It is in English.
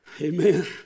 Amen